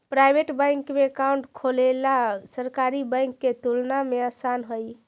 private bank में account खोलेला सरकारी बैंक के तुलना में आसान हइ